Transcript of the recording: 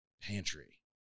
Pantry